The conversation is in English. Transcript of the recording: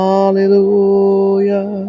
Hallelujah